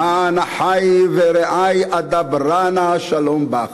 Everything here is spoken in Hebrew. למען אחי ורעי אדברה נא שלום בך.